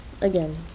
Again